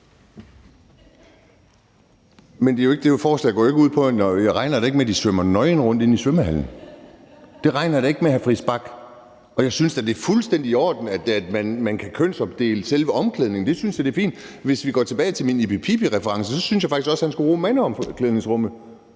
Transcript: Andersen (NB): Jeg regner da ikke med, at de svømmer nøgne rundt inde i svømmehallen. Det regner jeg da ikke med, hr. Christian Friis Bach. Og jeg synes da, det er fuldstændig i orden, at man kan kønsopdele selve omklædingen. Det synes jeg er fint. Hvis vi går tilbage til min Ibi-Pippi-reference, vil jeg sige, at jeg faktisk også synes, han skulle bruge mandeomklædningsrummet,